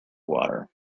water